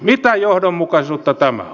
mitä johdonmukaisuutta tämä on